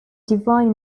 divine